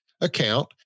account